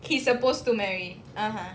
he's supposed to marry (uh huh)